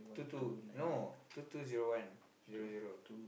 two two no two two zero one zero zero